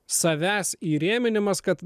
savęs įrėminimas kad